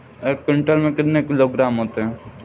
एक क्विंटल में कितने किलोग्राम होते हैं?